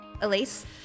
Elise